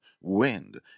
wind